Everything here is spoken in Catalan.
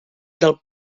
del